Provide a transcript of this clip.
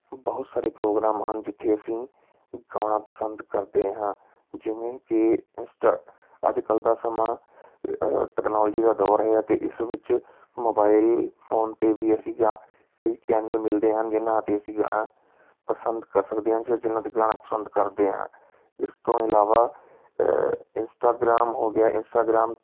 ਬਹੁਤ ਸਾਰੇ ਪ੍ਰੋਗਰਾਮ ਹਨ ਜਿੱਥੇ ਅਸੀਂ ਗਾਉਣਾ ਪਸੰਦ ਕਰਦੇ ਹਾਂ ਜਿਵੇਂ ਕਿ ਇੰਸਟਾ ਅੱਜ ਕੱਲ ਦਾ ਸਮਾਂ ਟੈਕਨੋਲੋਜੀ ਦਾ ਦੌਰ ਹੈ ਅਤੇ ਇਸ ਵਿੱਚ ਮੋਬਾਇਲ ਫੋਨ 'ਤੇ ਵੀ ਅਸੀਂ ਜਾਂ ਕਈ ਚੈਨਲ ਮਿਲਦੇ ਹਨ ਜਿਹਨਾਂ 'ਤੇ ਅਸੀਂ ਗਾਉਣਾ ਪਸੰਦ ਕਰ ਸਕਦੇ ਹਾਂ ਜਾਂ ਜਿਹਨਾਂ 'ਤੇ ਗਾਉਣਾ ਪਸੰਦ ਕਰਦੇ ਹਾਂ ਇਸ ਤੋਂ ਇਲਾਵਾ ਇੰਸਟਾਗਰਾਮ ਹੋ ਗਿਆ ਇੰਸਟਾਗਰਾਮ